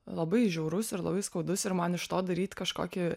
labai žiaurus ir labai skaudus ir man iš to daryt kažkokį